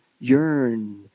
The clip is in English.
yearn